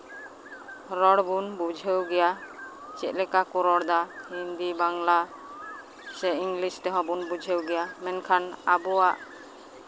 ᱨᱚᱲ ᱵᱚᱱ ᱵᱩᱡᱷᱟᱹᱣ ᱜᱮᱭᱟ ᱪᱮᱫ ᱞᱮᱠᱟ ᱠᱚ ᱨᱚᱲ ᱮᱫᱟ ᱦᱤᱱᱫᱤ ᱵᱟᱝᱞᱟ ᱥᱮ ᱤᱝᱞᱤᱥ ᱛᱮᱦᱚᱸ ᱵᱚᱱ ᱵᱩᱡᱷᱟᱹᱣ ᱜᱮᱭᱟ ᱢᱮᱱᱠᱷᱟᱱ ᱟᱵᱳᱣᱟᱜ